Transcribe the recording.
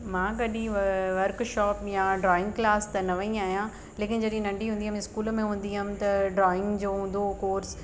मां कॾी वर वर्कशॉप या ड्रॉइंग क्लास त न वई आहियां लेकिन जॾी नंढी हूंदी हुअमि स्कूल में हूंदी हुअमि त ड्रॉइंग जो हूंदो हुओ कोर्स